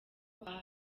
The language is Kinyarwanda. aha